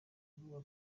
avuga